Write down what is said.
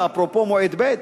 ואפרופו מועד ב',